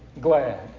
glad